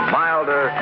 milder